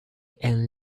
and